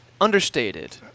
understated